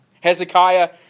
Hezekiah